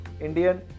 Indian